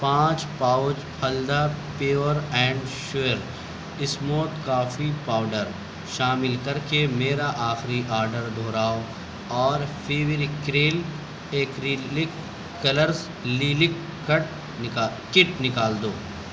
پانچ پاؤچ پھلدا pure and sure smooth coffee powder شامل کر کے میرا آخری آرڈر دہراؤ اور فیوریکریل ایکریلک کلرز لیلک کٹ نکا کِٹ نکال دو